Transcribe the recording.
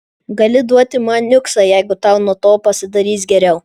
gali duoti man niuksą jeigu tau nuo to pasidarys geriau